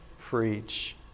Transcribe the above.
preach